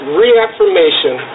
reaffirmation